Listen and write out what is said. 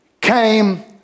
came